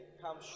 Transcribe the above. come